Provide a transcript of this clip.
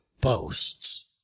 BOASTS